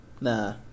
Nah